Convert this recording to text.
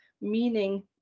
meaning